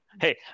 hey